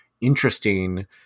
interesting